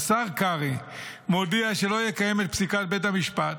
השר קרעי מודיע שלא יקיים את פסקת בית המשפט.